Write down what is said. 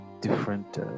different